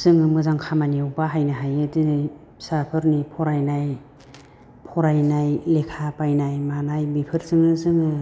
जोङो मोजां खामानियाव बाहायनो हायो दिनै फिसाफोरनि फरायनाय लेखा बायनाय मानाय बेफोरजोंनो जोङो